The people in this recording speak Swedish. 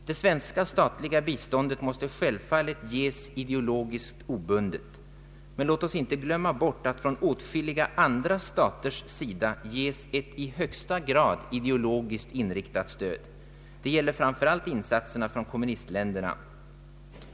Det svenska statliga biståndet måste självfallet ges ideologiskt obundet, men låt oss inte glömma bort att från åtskilliga andra staters sida ges ett i högsta grad ideologiskt inriktat stöd. Det gäller framför allt insatserna från kommunistländerna.